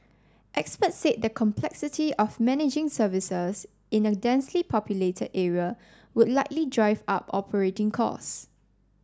experts said the complexity of managing services in a densely populated area would likely drive up operating cause